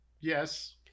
Yes